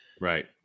Right